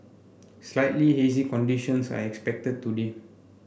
slightly hazy conditions are expected today